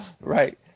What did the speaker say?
Right